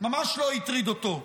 ממש לא הטריד אותו.